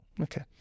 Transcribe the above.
Okay